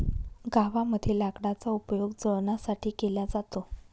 गावामध्ये लाकडाचा उपयोग जळणासाठी केला जातो